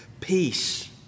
peace